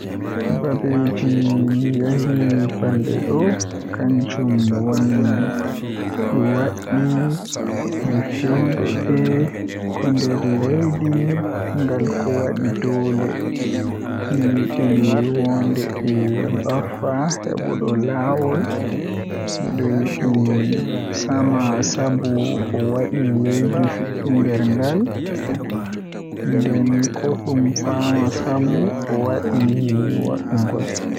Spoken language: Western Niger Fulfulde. Babeeji mi yahi balaade do kannjum woni Mi waɗi fi fewndoode ko nder leydi ngal ko waɗi doole. Mi yiɗi wonde e baafal heɓude laawol ngol, ko miɗo yiɗi saama sabu o waɗi jeyɗi fiɗɗi nder ngal. Ko ɗum faama sabu o waɗi waawugol.